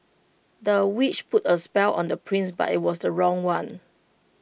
the witch put A spell on the prince but IT was the wrong one